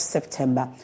September